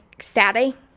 steady